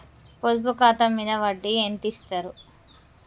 పొదుపు ఖాతా మీద వడ్డీ ఎంతిస్తరు?